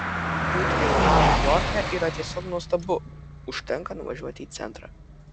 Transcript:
būti jaunam niujorke yra tiesiog nuostabu užtenka nuvažiuoti į centrą